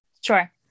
Sure